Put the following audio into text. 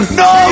no